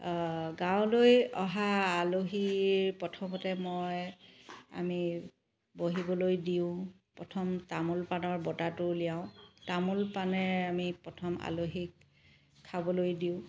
গাঁৱলৈ অহা আলহীৰ প্ৰথমতে মই আমি বহিবলৈ দিওঁ প্ৰথম তামোল পাণৰ বতাটো উলিয়াওঁ তামোল পাণে আমি প্ৰথম আলহীক খাবলৈ দিওঁ